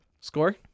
Score